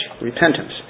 repentance